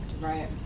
right